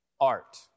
art